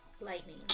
lightning